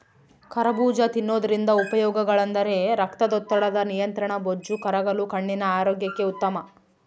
ಕರಬೂಜ ತಿನ್ನೋದ್ರಿಂದ ಉಪಯೋಗಗಳೆಂದರೆ ರಕ್ತದೊತ್ತಡದ ನಿಯಂತ್ರಣ, ಬೊಜ್ಜು ಕರಗಲು, ಕಣ್ಣಿನ ಆರೋಗ್ಯಕ್ಕೆ ಉತ್ತಮ